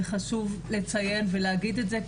וחשוב לציין ולהגיד את זה,